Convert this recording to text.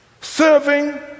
serving